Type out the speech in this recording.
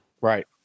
Right